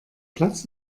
platz